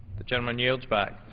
the gentleman yields back.